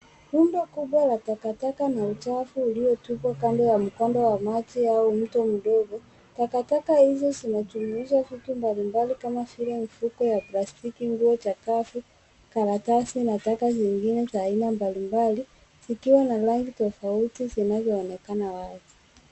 Rundo kubwa la takataka na uchafu uliotupwa kando ya maji au mto mdogo. Takataka hizo zimejumuisha vitu mbalimbali kama vile mifuko ya plastiki, nguo chakavu, karatasi na taka zingine za aina mbalimbali zikiwa na rangi tofauti zinazoonekana wazi.